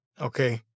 Okay